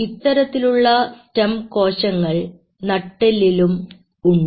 ഇത്തരത്തിലുള്ള സ്റ്റം കോശങ്ങൾ നട്ടെല്ലിലും ഉണ്ട്